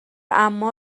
اما